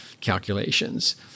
calculations